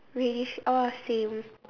reddish oh same